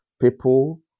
people